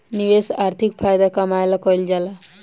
निवेश आर्थिक फायदा कमाए ला कइल जाला